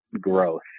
growth